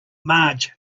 marge